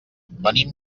venim